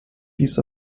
wies